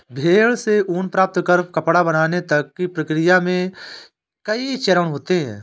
भेड़ से ऊन प्राप्त कर कपड़ा बनाने तक की प्रक्रिया में कई चरण होते हैं